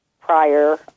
prior